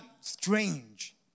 strange